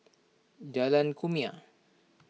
Jalan Kumia